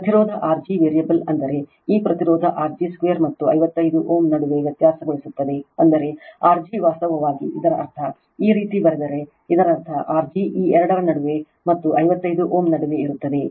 ಪ್ರತಿರೋಧ R g variable ಅಂದರೆ ಈ ಪ್ರತಿರೋಧ R g 2 ಮತ್ತು 55 Ω ನಡುವೆ ವ್ಯತ್ಯಾಸಗೊಳ್ಳುತ್ತದೆ ಅಂದರೆ R g ವಾಸ್ತವವಾಗಿ ಇದರ ಅರ್ಥ ಈ ರೀತಿ ಬರೆದರೆ ಇದರರ್ಥ R g ಈ ಎರಡರ ನಡುವೆ ಮತ್ತು 55 Ω ನಡುವೆ ಇರುತ್ತದೆ